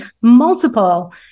multiple